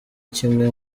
kimwe